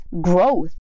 growth